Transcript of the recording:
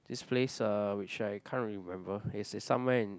this place uh which I can't remember is is somewhere in